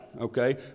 okay